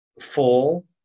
full